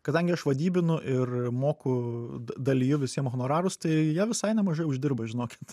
kadangi aš vadybinu ir moku daliju visiem honorarus tai jie visai nemažai uždirba žinokit